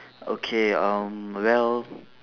okay um well